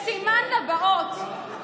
כסימן לבאות.